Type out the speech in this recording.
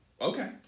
Okay